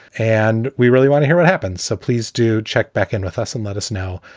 and we really want to hear what happened. so please do check back in with us and let us know.